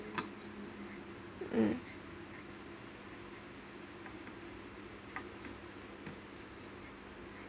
um